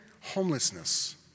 homelessness